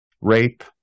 rape